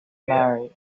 married